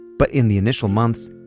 but in the initial months,